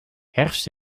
herfst